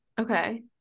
okay